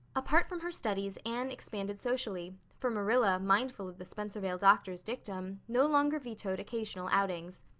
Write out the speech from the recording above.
apart from her studies anne expanded socially, for marilla, mindful of the spencervale doctor's dictum, no longer vetoed occasional outings.